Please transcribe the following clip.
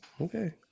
Okay